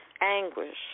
Anguish